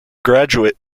graduate